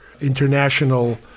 international